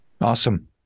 Awesome